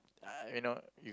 I you know